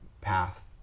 path